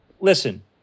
listen